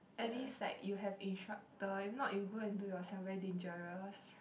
at least like you have instructor if not you go and do yourself very dangerous